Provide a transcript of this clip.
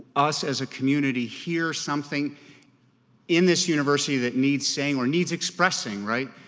us as a community hear something in this university that needs saying or needs expressing, right.